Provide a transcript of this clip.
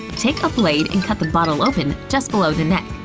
take a blade and cut the bottle open just below the neck.